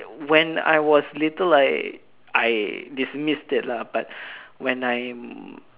when I was little like I dismissed it lah but when I